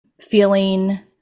feeling